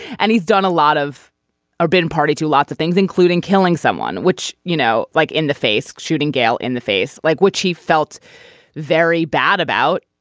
and he's done a lot of our been party to lots of things including killing someone which you know like in the face shooting gale in the face like what he felt very bad about.